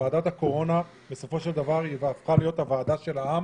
ועדת הקורונה הפכה להיות הוועדה של העם,